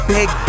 Big